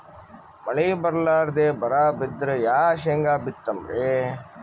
ಮಳಿ ಬರ್ಲಾದೆ ಬರಾ ಬಿದ್ರ ಯಾ ಶೇಂಗಾ ಬಿತ್ತಮ್ರೀ?